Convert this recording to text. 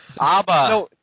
Abba